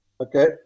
Okay